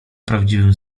prawdziwym